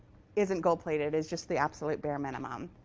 isn't gold plated is just the absolute bear minimum.